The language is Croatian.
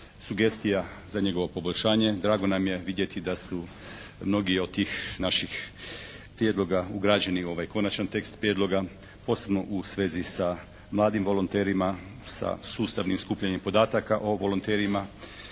sugestija za njegovo poboljšanje. Drago nam je vidjeti da su mnogi od tih naših prijedloga ugrađeni u ovaj konačan tekst prijedloga posebno u svezi sa mladim volonterima, sa sustavnim skupljanjem podataka o volonterima,